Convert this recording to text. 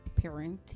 parenting